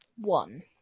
one